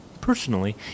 Personally